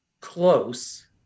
close